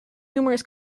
humorous